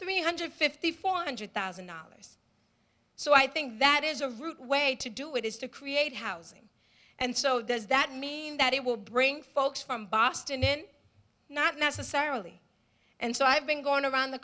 three hundred fifty four hundred thousand dollars so i think that is a rude way to do it is to create housing and so does that mean that it will bring folks from boston in not necessarily and so i've been going around the